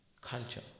culture